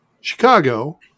Chicago